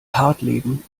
hartleben